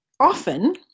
often